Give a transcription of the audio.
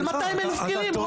של 200 אלף כלים, רועי.